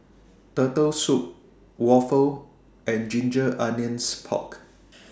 Turtle Soup Waffle and Ginger Onions Pork